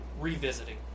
revisiting